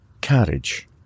carriage